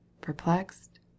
perplexed